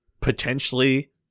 potentially